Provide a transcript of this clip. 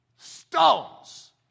stones